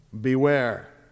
Beware